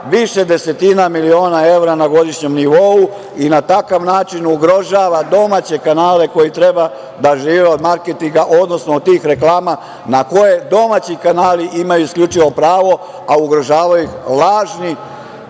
više desetina miliona evra na godišnjem nivou i na takav način ugrožava domaće kanale koji treba da žive od marketinga, odnosno od tih reklama na koje domaći kanali imaju isključivo pravo, a ugrožavaju ih lažni